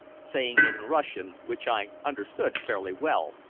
saying in russian, which i understood fairly well,